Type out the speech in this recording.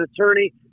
attorney